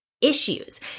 issues